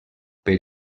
per